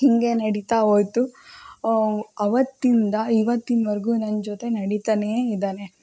ಹೀಗೇ ನಡೀತಾ ಹೋಯ್ತು ಆವತ್ತಿಂದ ಇವತ್ತಿನವರೆಗೂ ನನ್ನ ಜೊತೆ ನಡೀತಾನೇ ಇದ್ದಾನೆ